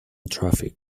traffic